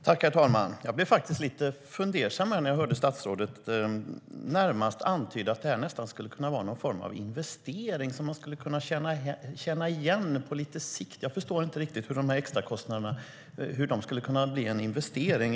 Herr talman! Jag blev lite fundersam när jag hörde statsrådet antyda att detta nästan skulle kunna vara någon form av investering som man kan tjäna igen på lite sikt. Jag förstår inte riktigt hur extrakostnaderna skulle kunna bli en investering.